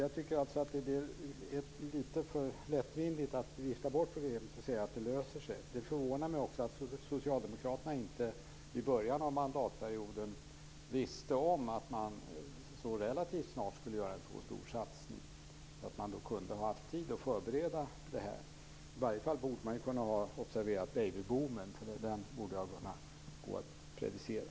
Jag tycker alltså att det är litet för lättvindigt att vifta bort problemet och säga att det löser sig. Det förvånar mig också att Socialdemokraterna inte i början av mandatperioden visste om att man så relativt snart skulle göra en så stor satsning. Då skulle man ha haft tid att förbereda sig. I varje fall borde man kunnat observera babyboomen. Den borde ha gått att prognosticera.